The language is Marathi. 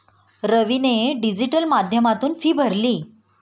रवीने डिजिटल माध्यमातून फी भरली